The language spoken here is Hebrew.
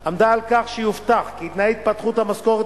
עמדה על כך שיובטח כי תנאי התפתחות המשכורת